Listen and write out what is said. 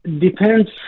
depends